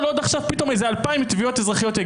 שלוש התביעות האלה